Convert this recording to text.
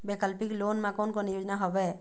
वैकल्पिक लोन मा कोन कोन योजना हवए?